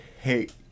hate